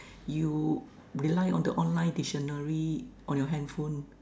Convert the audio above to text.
you rely on the online dictionary on your handphone